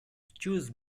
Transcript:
choose